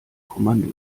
kommando